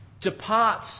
Depart